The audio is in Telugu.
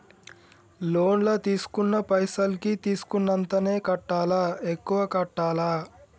లోన్ లా తీస్కున్న పైసల్ కి తీస్కున్నంతనే కట్టాలా? ఎక్కువ కట్టాలా?